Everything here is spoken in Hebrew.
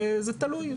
וזה תלוי.